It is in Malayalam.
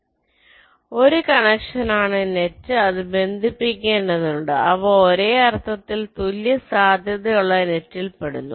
പിൻസ് ഒരു കണക്ഷനാണ് നെറ്റ് അത് ബന്ധിപ്പിക്കേണ്ടതുണ്ട് അവ ഒരേ അർത്ഥത്തിൽ തുല്യ സാധ്യതയുള്ള നെറ്റിൽ പെടുന്നു